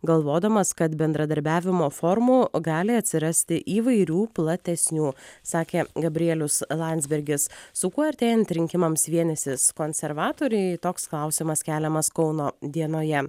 galvodamas kad bendradarbiavimo formų gali atsirasti įvairių platesnių sakė gabrielius landsbergis su kuo artėjant rinkimams vienysis konservatoriai toks klausimas keliamas kauno dienoje